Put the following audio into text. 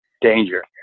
danger